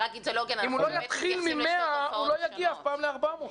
אם הוא לא יתחיל מ-100 הוא לא יגיע אף פעם ל-400.